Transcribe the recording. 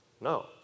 No